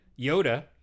Yoda